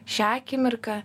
šią akimirką